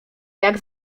jak